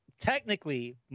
technically